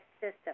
system